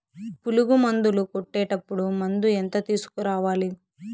పులుగు మందులు కొట్టేటప్పుడు మందు ఎంత తీసుకురావాలి?